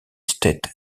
state